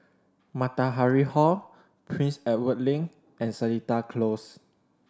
Matahari Hall Prince Edward Link and Seletar Close